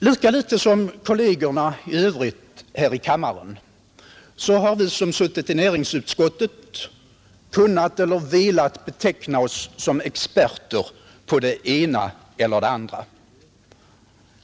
Lika litet som kollegerna i övrigt här i kammaren har vi som suttit i näringsutskottet kunnat eller velat beteckna oss som experter på det ena eller det andra.